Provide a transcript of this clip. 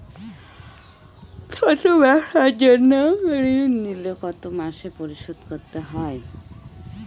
ছোট ব্যবসার জন্য ঋণ নিলে কত মাসে পরিশোধ করতে হয়?